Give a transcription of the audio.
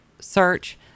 search